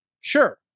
sure